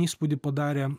įspūdį padarė